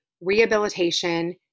rehabilitation